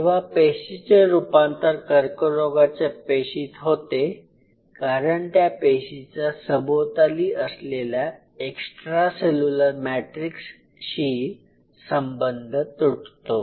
जेव्हा पेशीचे रुपांतर कर्करोगाच्या पेशीत होते कारण त्या पेशीचा सभोवताली असलेल्या एक्स्ट्रा सेल्युलर मॅट्रिक्सशी संबंध तुटतो